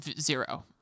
Zero